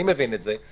אני מבין את זה,